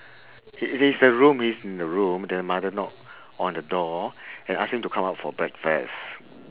he's the room he's in room the mother knock on the door and ask him to come out for breakfast